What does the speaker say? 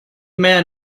man